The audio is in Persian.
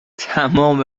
تمام